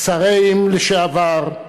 שרים לשעבר,